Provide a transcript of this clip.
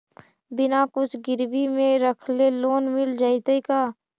बिना कुछ गिरवी मे रखले लोन मिल जैतै का?